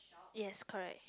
yes correct